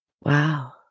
Wow